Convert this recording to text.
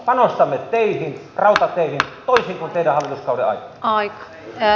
panostamme teihin rautateihin toisin kuin teidän hallituskautenne aikana